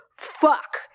Fuck